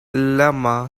llama